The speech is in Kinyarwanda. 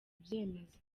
ibyemezo